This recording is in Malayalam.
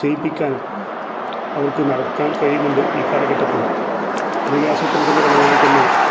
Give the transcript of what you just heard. ചെയ്യിപ്പിക്കാനും അവർക്ക് നടക്കാൻ കഴിയുന്നുണ്ട് ഈ കാലഘട്ടത്ത് ജനകീയാസൂത്രണത്തിന്റെ ഫലമായി തന്നെ